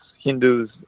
Hindus